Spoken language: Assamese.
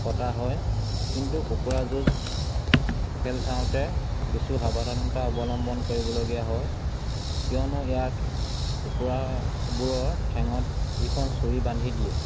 পতা হয় কিন্তু কুকুৰা যুঁজ খেল চাওঁতে কিছু সাৱধানতা অৱলম্বন কৰিবলগীয়া হয় কিয়নো ইয়াত কুকুৰাবোৰৰ ঠেঙত যিখন চুৰি বান্ধি দিয়ে